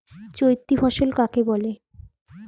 চৈতি ফসল কাকে বলে?